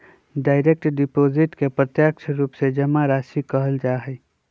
direct deposit के प्रत्यक्ष रूप से जमा राशि कहल जा हई